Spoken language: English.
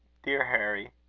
dear harry,